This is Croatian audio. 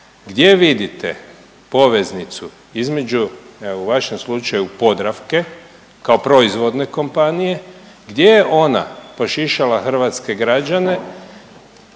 Gdje vidite poveznicu između evo u vašem slučaju Podravke kao proizvodne kompanije? Gdje je ona prošišala hrvatske građane